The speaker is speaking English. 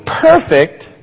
perfect